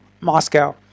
Moscow